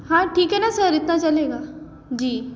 हाँ ठीक है ना सर इतना चलेगा जी